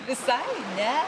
visai ne